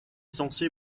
censé